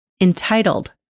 entitled